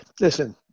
Listen